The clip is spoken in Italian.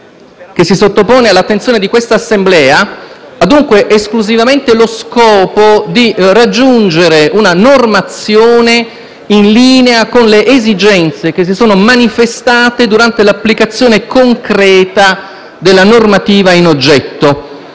che si sottopone all'attenzione di quest'Assemblea ha dunque esclusivamente lo scopo di consentire di realizzare una normazione in linea con le esigenze che si sono manifestate durante l'applicazione concreta delle disposizioni in oggetto.